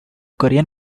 korean